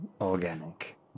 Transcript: organic